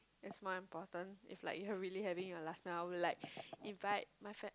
is more important if like you're really having your last meal I would like invite my fa~